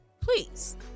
Please